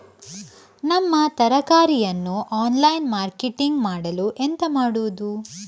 ನಮ್ಮ ತರಕಾರಿಯನ್ನು online marketing ಮಾಡಲು ಎಂತ ಮಾಡುದು?